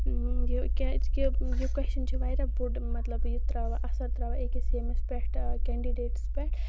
یہِ کیازِ کہِ یہِ کوسچن چھُ واریاہ بوٚڑ یہِ مطلب یہِ تراوان اَثر تراوان أکِس ییٚمِس پٮ۪ٹھ مطلب کینڈِڈیٹَس پٮ۪ٹھ